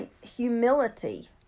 humility